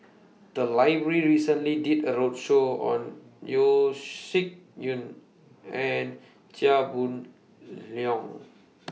The Library recently did A roadshow on Yeo Shih Yun and Chia Boon Leong